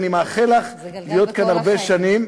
ואני מאחל לך להיות כאן הרבה שנים,